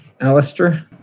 Alistair